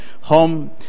home